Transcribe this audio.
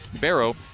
Barrow